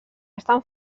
estan